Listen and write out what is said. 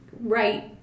right